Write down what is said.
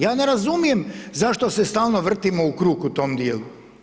Ja ne razumijem zašto se stalno vrtimo u krug u tom djelu.